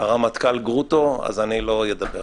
הרמטכ"ל גרוטו, אז אני לא אדבר.